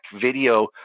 video